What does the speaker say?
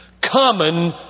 Common